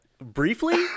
Briefly